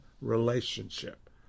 relationship